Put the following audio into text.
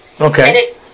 Okay